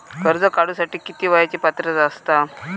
कर्ज काढूसाठी किती वयाची पात्रता असता?